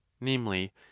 namely